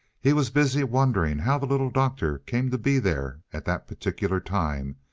he was busy wondering how the little doctor came to be there at that particular time,